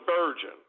virgin